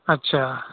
اچھا